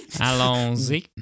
Allons-y